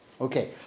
Okay